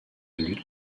lutte